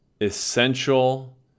Essential